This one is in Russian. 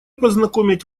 познакомить